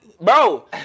bro